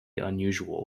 unusual